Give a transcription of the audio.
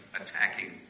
attacking